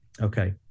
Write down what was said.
Okay